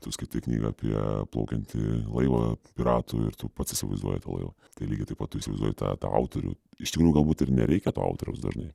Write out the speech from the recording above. tu skaitai knygą apie plaukiantį laivą piratų ir tu pats įsivaizduoji tą laivą tai lygiai taip pat tu įsivaizduoji tą autorių iš tikrųjų galbūt ir nereikia to autoriaus dažnai